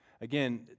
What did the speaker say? Again